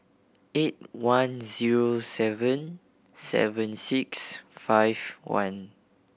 eight one zero seven seven six five one